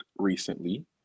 recently